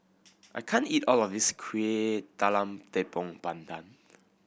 I can't eat all of this Kuih Talam Tepong Pandan